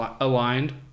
Aligned